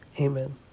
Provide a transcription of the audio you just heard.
Amen